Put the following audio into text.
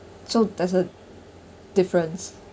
so does the difference